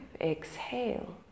Exhale